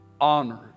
honored